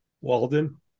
Walden